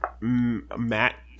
Matt